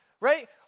right